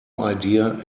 idea